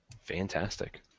Fantastic